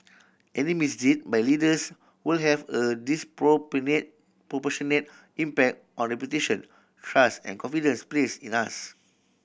any misdeed by leaders will have a proportionate impact on reputation trust and confidence placed in us